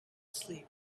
sleep